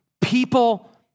people